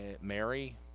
Mary